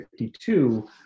1952